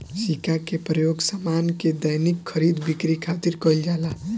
सिक्का के प्रयोग सामान के दैनिक खरीद बिक्री खातिर कईल जाला